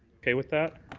okay with that.